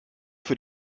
für